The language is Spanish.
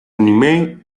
anime